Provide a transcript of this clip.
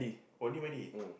only marry